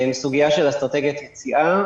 כמו כן, סוגיית אסטרטגיית יציאה.